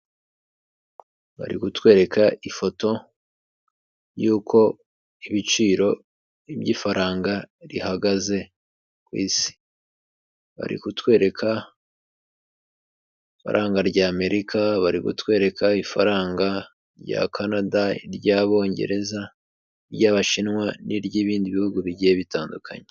Bari kutwereka ifoto y'uko ibiciro by'ifaranga rihagaze ku isi, bari kutwereka ifaranga ry' amerika bari kutwereka ifaranga rya Canada, i ry'Abongereza, i ry'Abashinwa n'iryibindi bihugu bigiye bitandukanye.